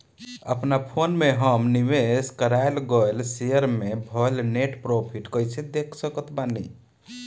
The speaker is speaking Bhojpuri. अपना फोन मे हम निवेश कराल गएल शेयर मे भएल नेट प्रॉफ़िट कइसे देख सकत बानी?